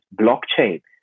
Blockchain